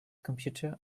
computers